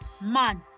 Month